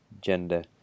gender